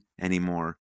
anymore